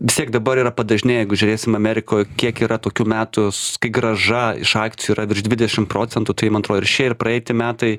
vis tiek dabar yra padažnėję jeigu žiūrėsim amerikoj kiek yra tokių metų s kai grąža iš akcijų yra virš dvidešim procentų tai man atrodo ir šie ir praeiti metai